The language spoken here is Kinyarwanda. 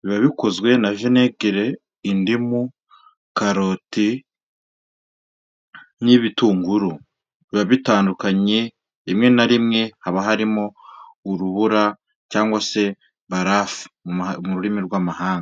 biba bikozwe na venegere, indimu, karoti, n'ibitunguru, biba bitandukanye rimwe na rimwe haba harimo, urubura cyangwa se barafu, mu rurimi rw'amahanga.